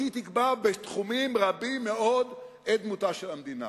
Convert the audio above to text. כי היא תקבע בתחומים רבים מאוד את דמותה של המדינה.